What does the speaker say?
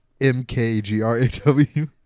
M-K-G-R-A-W